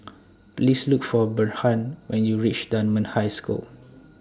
Please Look For Bernhard when YOU REACH Dunman High School